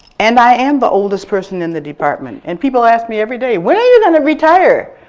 and i am the oldest person in the department and people ask me everyday, when are you going to retire?